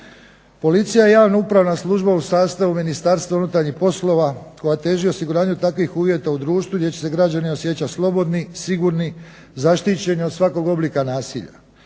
Policija je javna upravna služba u sastavu Ministarstva unutarnjih poslova koja teži osiguravanju takvih uvjeta u društvu gdje će se građani osjećati slobodni, sigurni, zaštićeni od svakog oblika nasilja.